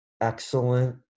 excellent